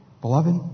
Beloved